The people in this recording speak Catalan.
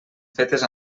fetes